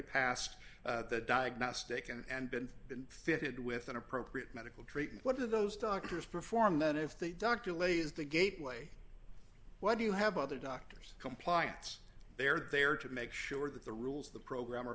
passed the diagnostic and been fitted with an appropriate medical treatment what do those doctors perform then if the doctor lays the gateway what do you have other doctors compliance they're there to make sure that the rules of the program